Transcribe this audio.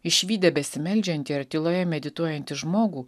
išvydę besimeldžiantį ar tyloje medituojantį žmogų